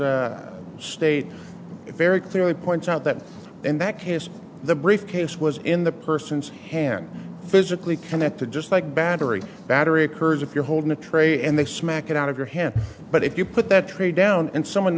vs state it very clearly points out that in that case the briefcase was in the person's hand physically connected just like battery battery occurs if you're holding a tray and they smack it out of your hand but if you put that tree down and someone